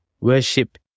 worship